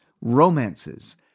romances